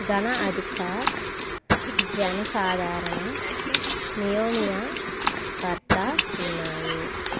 ఘన అధికార్ జన సాధారణ నియోమియా భర్త ఉన్నాయి